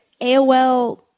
AOL